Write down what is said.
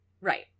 Right